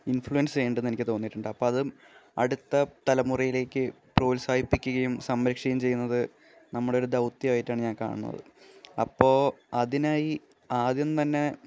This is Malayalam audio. ഇൻഫ്ലുവന്സ് ചെയ്യുന്നുണ്ടെന്ന് എനിക്ക് തോന്നിയിട്ടുണ്ട് അപ്പോള് അത് അടുത്ത തലമുറയിലേക്ക് പ്രോത്സാഹിപ്പിക്കുകയും സംരക്ഷിക്കുകയും ചെയ്യുന്നത് നമ്മളുടെ ഒരു ദൗത്യമായിട്ടാണ് ഞാന് കാണുന്നത് അപ്പോള് അതിനായി ആദ്യം തന്നെ